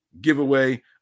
giveaway